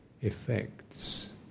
effects